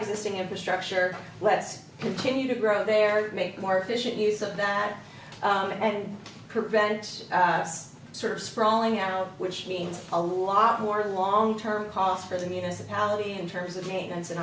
existing infrastructure let's continue to grow there make more efficient use of that and prevents us sort of sprawling out which means a lot more long term cost for the municipality in terms of maintenan